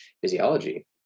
physiology